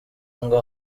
ngo